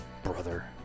Brother